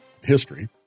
history